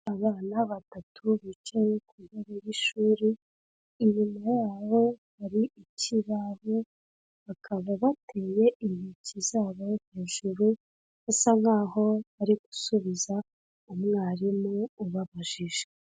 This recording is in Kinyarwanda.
Abana batatu bicaye ku ntebe y'ishuri, inyuma yabo hari ikibaho, bakaba bateye intoki zabo hejuru, basa nkaho bari gusubiza umwarimu ubabajije.